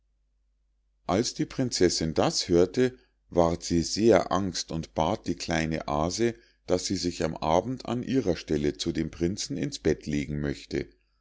als die prinzessinn das hörte ward sie sehr angst und bat die kleine aase daß sie sich am abend an ihrer stelle zu dem prinzen ins bett legen möchte